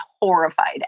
horrified